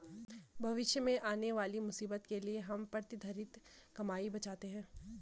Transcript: भविष्य में आने वाली मुसीबत के लिए हम प्रतिधरित कमाई बचाते हैं